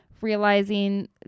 realizing